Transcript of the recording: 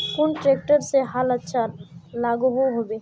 कुन ट्रैक्टर से हाल अच्छा लागोहो होबे?